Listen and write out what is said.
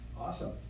Awesome